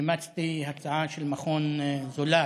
אימצתי הצעה של מכון זולת,